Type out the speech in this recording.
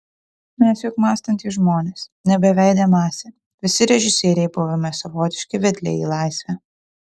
mes juk mąstantys žmonės ne beveidė masė visi režisieriai buvome savotiški vedliai į laisvę